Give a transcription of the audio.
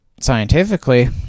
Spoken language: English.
scientifically